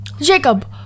Jacob